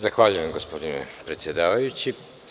Zahvaljujem gospodine predsedavajući.